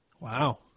Wow